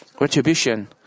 retribution